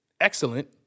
excellent